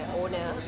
owner